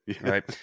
right